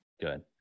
good